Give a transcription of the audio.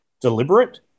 deliberate